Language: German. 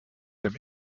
dem